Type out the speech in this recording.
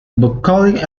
bucolic